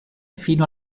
fino